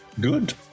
Good